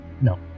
No